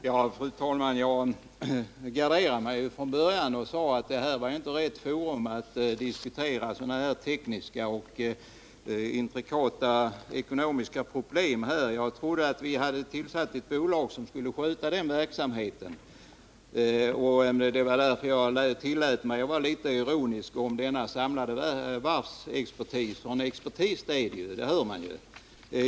Fru talman! Jag garderade mig från början och sade att det här inte är rätt forum att diskutera tekniska och intrikata ekonomiska problem. Jag trodde att vi hade tillsatt ett bolag, som skulle sköta den verksamheten. Det var därför jag tillät mig att vara litet ironisk när det gäller denna samlade varvsexpertis — expertis är det, det hör man ju!